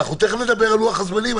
אנחנו תיכף נדבר על לוח הזמנים.